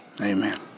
Amen